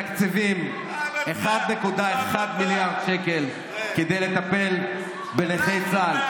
אבל אנחנו בתקציב הזה מתקצבים 1.1 מיליארד כדי לטפל בנכי צה"ל,